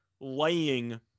laying